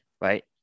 right